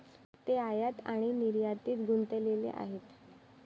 ते आयात आणि निर्यातीत गुंतलेले आहेत